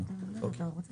אז תומר ביטון ממשרד הפנים.